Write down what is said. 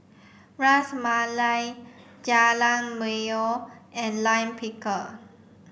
Ras Malai Jajangmyeon and Lime Pickle